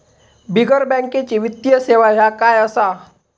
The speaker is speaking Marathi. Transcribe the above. बिगर बँकेची वित्तीय सेवा ह्या काय असा?